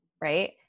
right